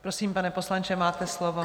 Prosím, pane poslanče, máte slovo.